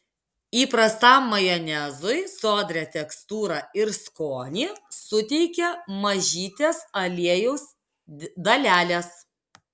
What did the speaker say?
įprastam majonezui sodrią tekstūrą ir skonį suteikia mažytės aliejaus dalelės